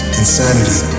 insanity